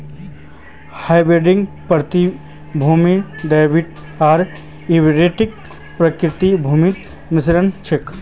hybrid प्रतिभूति debit आर equity प्रतिभूतिर मिश्रण छ